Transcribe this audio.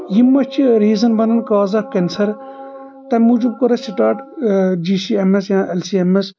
یِم مہ چھِ ریزن بنان کاز آف کیٚنسر تمہِ موٗجوٗب کوٚر اسہِ start G C M S یا اٮ۪ل سی اٮ۪م اٮ۪س